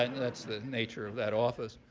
and that's the nature of that office.